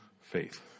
faith